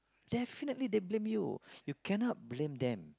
definitely they blame you cannot blame them